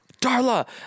Darla